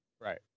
Right